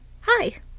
Hi